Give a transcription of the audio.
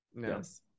Yes